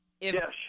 Yes